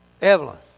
Evelyn